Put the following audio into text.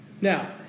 Now